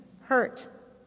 hurt